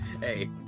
Hey